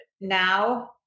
now